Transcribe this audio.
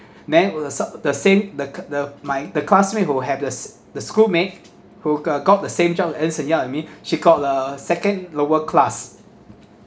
then uh sa~ the same the co~ the my the classmate who were have the s~ the schoolmate who go~ got the same job at ernst and young and me she got a second lower class